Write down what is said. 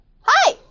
Hi